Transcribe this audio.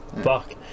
Fuck